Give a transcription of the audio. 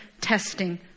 testing